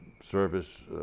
service